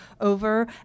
over